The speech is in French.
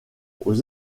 aux